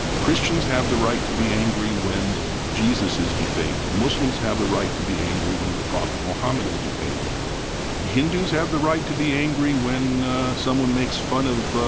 christians have the right to be angry when jesus is defamed muslims have the right to be angry when the prophet muhammad is defamed hindus have the right to be angry when someone makes fun of,